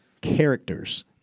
characters